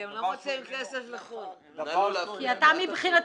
כן, הם לא מוציאים כסף לחו"ל.